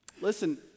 Listen